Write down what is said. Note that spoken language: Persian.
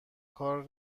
کار